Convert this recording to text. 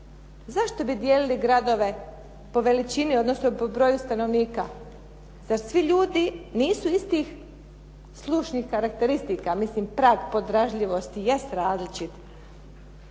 Zašto bi dijelili gradove po veličini, odnosno po broju stanovnika? Zar svi ljudi nisu istih slušnih karakteristika, mislim prag podražljivosti jest različit.